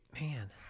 Man